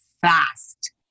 fast